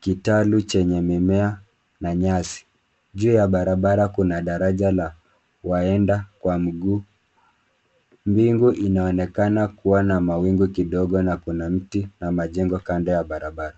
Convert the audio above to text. kitalu chenye mimea na nyasi. Juu ya barabara kuna daraja la waenda kwa mguu. Mbingu inaonekana kuwa na mawingu kidogo na kuna mti na majengo kando ya barabara.